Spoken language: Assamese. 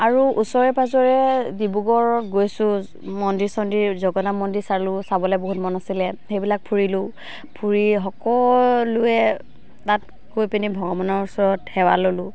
আৰু ওচৰে পাঁজৰে ডিব্ৰুগড় গৈছোঁ মন্দিৰ চন্দিৰ জগন্নাথ মন্দিৰ চালোঁ চাবলৈ বহুত মন আছিলে সেইবিলাক ফুৰিলোঁ ফুৰি সকলোৱে তাত গৈ পিনি ভগৱানৰ ওচৰত সেৱা ল'লোঁ